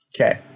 Okay